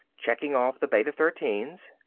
checking off the beta thirteen